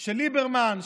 של ליברמן,